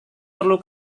perlu